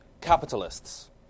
capitalists